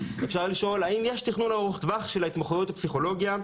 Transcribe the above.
אפשר לשאול אם יש תכנון ארוך טווח של ההתמחויות בפסיכולוגיה,